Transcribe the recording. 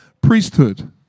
priesthood